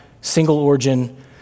single-origin